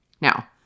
Now